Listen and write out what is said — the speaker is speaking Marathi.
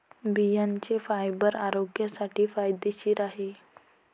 बियांचे फायबर आरोग्यासाठी फायदेशीर आहे